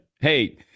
hey